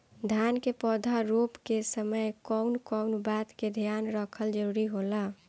धान के पौधा रोप के समय कउन कउन बात के ध्यान रखल जरूरी होला?